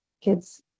kids